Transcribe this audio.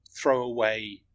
throwaway